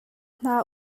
hna